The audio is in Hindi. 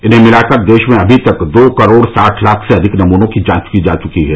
इन्हें मिलाकर देश में अमी तक दो करोड़ साठ लाख से अधिक नमूनों की जांच की जा चुकी है